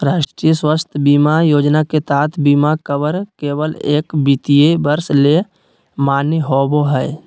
राष्ट्रीय स्वास्थ्य बीमा योजना के तहत बीमा कवर केवल एक वित्तीय वर्ष ले मान्य होबो हय